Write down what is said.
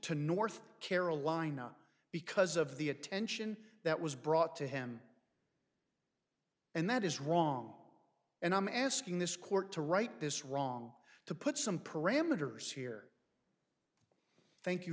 to north carolina because of the attention that was brought to him and that is wrong and i'm asking this court to right this wrong to put some parameters here thank you